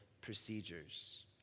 Procedures